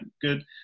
Good